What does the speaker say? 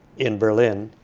in berlin,